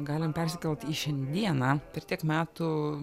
galim persikelt į šiandieną per tiek metų